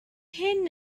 hyn